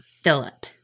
Philip